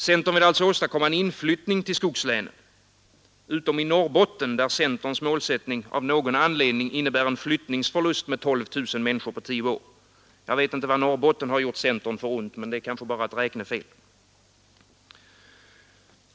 Centern vill alltså åstadkomma en inflyttning till skogslänen utom i Norrbotten, där centerns målsättning av någon anledning innebär en flyttningsförlust med 12 000 människor på tio år. Jag vet inte vad Norrbotten har gjort centern för ont, men det kanske bara är ett räknefel.